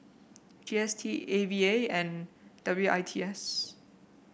G S T A V A and W I T S